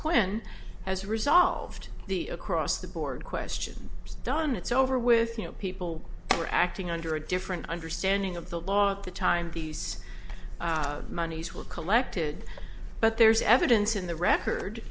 question has resolved the across the board question it's done it's over with you know people were acting under a different understanding of the law at the time these monies were collected but there's evidence in the record